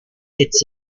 fits